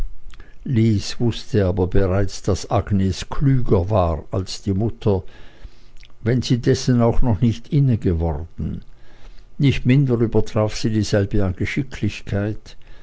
wußte aber bereits daß agnes klüger war als die mutter wenn sie dessen auch noch nicht innegeworden nicht minder übertraf sie dieselbe an geschicklichkeit